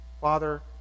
Father